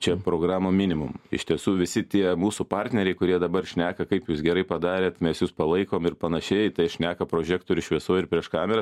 čia programų minimum iš tiesų visi tie mūsų partneriai kurie dabar šneka kaip jūs gerai padarėt mes jus palaikom ir panašiai tai šneka prožektorių šviesoj ir prieš kamerą